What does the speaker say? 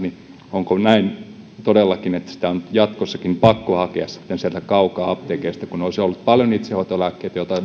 niin onko sitä kautta todellakin näin että sitä on jatkossakin pakko hakea sieltä kaukaa apteekeista kun olisi ollut paljon itsehoitolääkkeitä joita